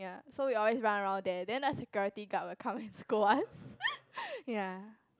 ya so we always run around there then the security guard will come and scold us ya